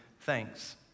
thanks